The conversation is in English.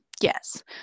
yes